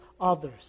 others